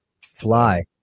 Fly